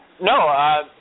No